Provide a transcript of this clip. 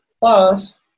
Plus